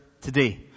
today